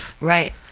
right